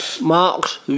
Marx